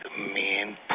man